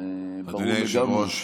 זה ברור לגמרי.